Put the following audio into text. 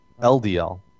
LDL